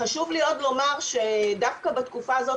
חשוב לי עוד לומר שדווקא בתקופה הזאת